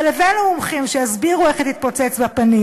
אבל הבאנו מומחים שיסבירו איך היא תתפוצץ בפנים.